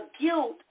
guilt